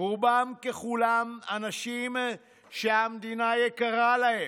רובם ככולם אנשים שהמדינה יקרה להם,